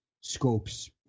scopes